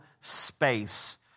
space